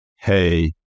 hey